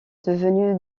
devenu